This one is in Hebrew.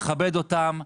נכבד אותם,